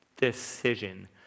decision